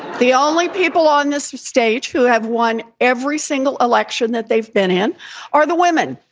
the only people on this stage who have won every single election that they've been in are the women.